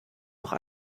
noch